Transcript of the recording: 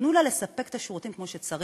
תנו לה לספק את השירותים כמו שצריך,